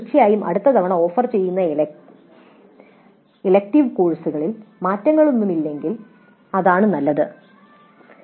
തീർച്ചയായും അടുത്ത തവണ ഓഫർ ചെയ്യുന്ന ഇലക്ടീവ് കോഴ്സിൽ മാറ്റങ്ങളൊന്നുമില്ലെങ്കിൽ അത് നല്ലതാണ്